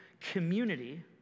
community